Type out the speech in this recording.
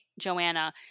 Joanna